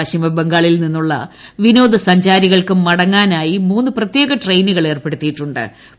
പശ്ചിമ ബംഗാളിൽ നിന്നുള്ള വിനോദ സഞ്ചാരികൾക്ക് മടങ്ങാനായി മൂന്ന് പ്രത്യേക ട്രെയിനുകൾ ഏർപ്പെടുത്തിയിട്ടു ്